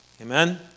Amen